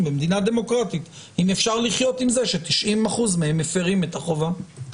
במדינה דמוקרטית אם אפשר לחיות עם זה ש-90% מהם מפרים את החובה.